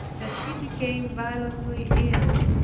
than he became violently ill.